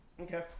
Okay